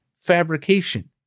fabrication